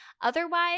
Otherwise